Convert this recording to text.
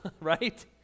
right